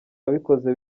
abikora